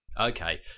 Okay